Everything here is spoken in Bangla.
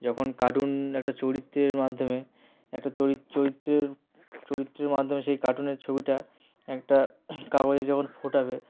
যখন কার্টুন একটা চরিত্রের মাধ্যমে একটা চরিত্রের চরিত্রের মাধ্যমে সেই কার্টুনের ছবিটা একটা কাগজে যখন ফোটাবে